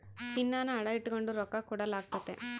ಚಿನ್ನಾನ ಅಡ ಇಟಗಂಡು ರೊಕ್ಕ ಕೊಡಲಾಗ್ತತೆ